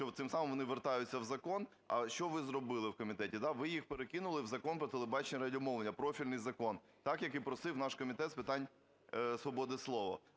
що цим самим вони вертаються в закон. А що ви зробили в комітеті? Ви їх перекинули в Закон "Про телебачення і радіомовлення", профільний закон, так, як і просив наш Комітет з питань свободи слова.